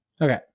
Okay